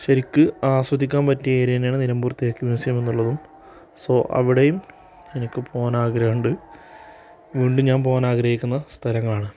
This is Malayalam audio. ശരിക്ക് ആസ്വദിക്കാൻ പറ്റിയ ഏരിയ തന്നെയാണ് നിലമ്പൂർ തേക്ക് മ്യൂസിയം എന്നുള്ളതും സോ അവിടേയും എനിക്ക് പോവാൻ ആഗ്രഹമുണ്ട് വീണ്ടും ഞാൻ പോവാൻ ആഗ്രഹിക്കുന്ന സ്ഥലങ്ങളാണ്